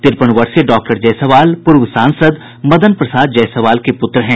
तिरपन वर्षीय डॉक्टर जायसवाल पूर्व सांसद मदन प्रसाद जायसवाल के पुत्र हैं